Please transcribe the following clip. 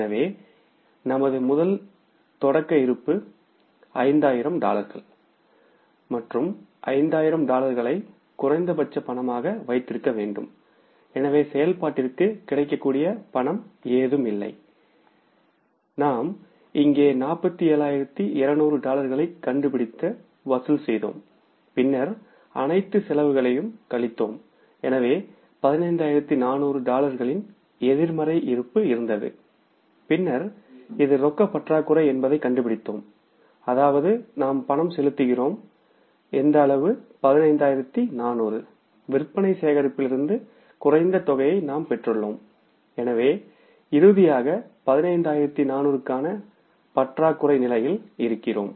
எனவே நமது முதல் தொடக்க இருப்பு 5000 டாலர்கள் மற்றும் 5000 டாலர்களை குறைந்தபட்ச ரொக்கமாக வைத்திருக்க வேண்டும்எனவே செயல்பாட்டிற்கு கிடைக்கக்கூடிய ரொக்கம் ஏதும் இல்லை நாம் இங்கே 47200 டாலர்களைக் வசூல்செய்ததாக கண்டுபிடித்தோம் பின்னர் அனைத்து செலவுகளையும் கழித்தோம் எனவே 15400 டாலர்களின் எதிர்மறை இருப்பு இருந்தது பின்னர் இது ரொக்க பற்றாக்குறை என்பதைக் கண்டுபிடித்தோம் அதாவது நாம் அதிக ரொக்கம் செலுத்துகிறோம் இந்த அளவு 15400 விற்பனை சேகரிப்பிலிருந்து குறைந்த தொகையை நாம் பெற்றுள்ளோம் எனவே இறுதியாக 15400 க்கான பற்றாக்குறை நிலையில் இருக்கிறோம்